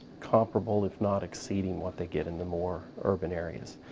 comperable if not exceeding what they get in the more urban areas.